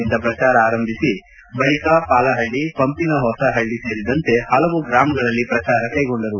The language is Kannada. ನಿಂದ ಪ್ರಚಾರ ಆರಂಭಿಸಿ ಬಳಿಕ ಪಾಲಹಳ್ಳಿ ಪಂಪಿನ ಹೊಸಹಳ್ಳಿ ಸೇರಿದಂತೆ ಪಲವು ಗ್ರಾಮಗಳಲ್ಲಿ ಪ್ರಚಾರ ಕೈಗೊಂಡರು